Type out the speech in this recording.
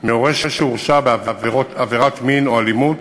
מהורה שהורשע בעבירת מין או אלימות